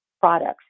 products